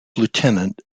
lieutenant